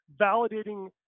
validating